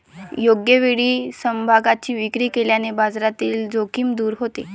योग्य वेळी समभागांची विक्री केल्याने बाजारातील जोखीम दूर होते